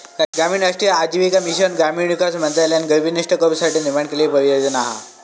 राष्ट्रीय ग्रामीण आजीविका मिशन ग्रामीण विकास मंत्रालयान गरीबी नष्ट करू साठी निर्माण केलेली परियोजना हा